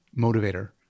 motivator